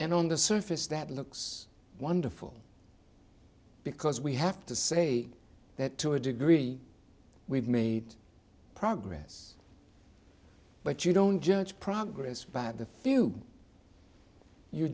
and on the surface that looks wonderful because we have to say that to a degree we've made progress but you don't judge progress by the few you